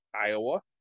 Iowa